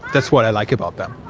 that's what i like about them.